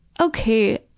okay